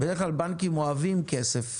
בדרך כלל בנקים אוהבים כסף